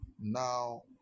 now